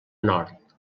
nord